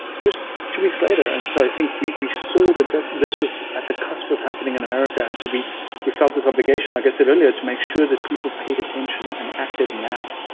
just two weeks later and so i think we we saw that that this was at the cusp of happening in america. and so we we felt this obligation, like i said earlier, to make sure that people paid attention and acted now.